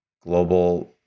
Global